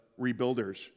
rebuilders